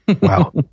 wow